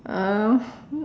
uh